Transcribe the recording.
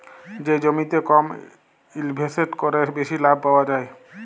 যে জমিতে কম ইলভেসেট ক্যরে বেশি লাভ পাউয়া যায়